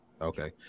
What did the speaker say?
Okay